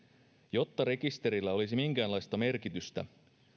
jotta rekisterillä olisi minkäänlaista merkitystä